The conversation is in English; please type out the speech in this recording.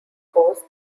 hosts